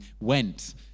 went